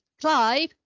Clive